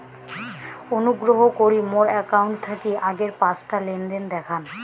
অনুগ্রহ করি মোর অ্যাকাউন্ট থাকি আগের পাঁচটা লেনদেন দেখান